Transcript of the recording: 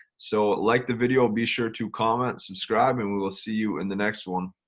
so like the video be sure to comment, subscribe and we will see you in the next one.